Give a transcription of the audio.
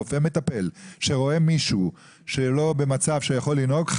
רופא מטפל שרואה מישהו שלא במצב שיכול לנהוג,